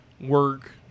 work